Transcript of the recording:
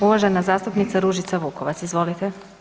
Uvažena zastupnica Ružica Vukovac, izvolite.